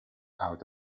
out